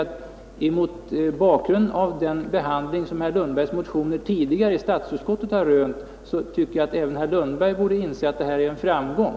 Men mot bakgrund av den behandling som herr Lundbergs motioner tidigare har rönt i statsutskottet tycker jag att även herr Lundberg bör inse att det är en framgång.